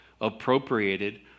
appropriated